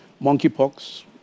monkeypox